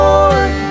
Lord